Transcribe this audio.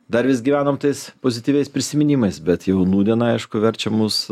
dar vis gyvenam tais pozityviais prisiminimais bet jaunų nūdiena aišku verčia mus